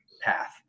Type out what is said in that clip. path